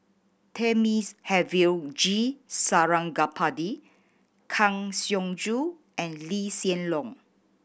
Thamizhavel G Sarangapani Kang Siong Joo and Lee Hsien Loong